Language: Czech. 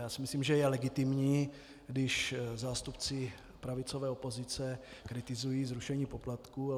Já si myslím, že je legitimní, když zástupci pravicové opozice kritizují zrušení poplatků.